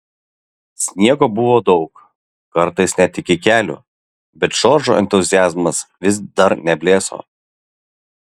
sniego buvo daug kartais net iki kelių bet džordžo entuziazmas vis dar neblėso